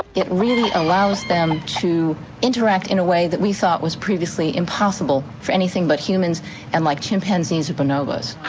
it really allows them to interact in a way that we thought was previously impossible for anything but humans and like chimpanzees and bonobos.